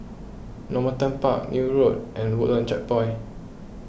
Normanton Park Neil Road and Woodlands Checkpoint